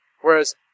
Whereas